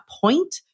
point